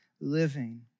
Living